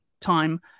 time